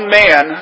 man